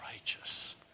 righteous